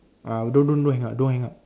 ah don't don't hang up don't hang up